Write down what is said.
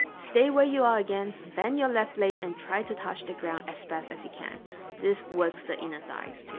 stay where you are again bend your left leg and try to touch the ground as best as you can this works the inner thighs